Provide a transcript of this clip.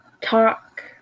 talk